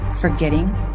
forgetting